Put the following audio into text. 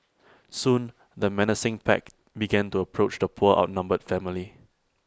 soon the menacing pack began to approach the poor outnumbered family